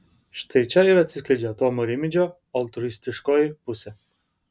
štai čia ir atsiskleidžia tomo rimydžio altruistiškoji pusė